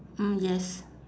mm yes